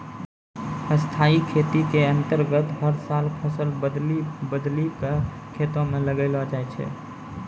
स्थाई खेती के अन्तर्गत हर साल फसल बदली बदली कॅ खेतों म लगैलो जाय छै